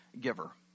giver